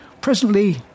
Presently